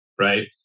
right